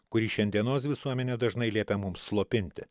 kurį šiandienos visuomenė dažnai liepia mums slopinti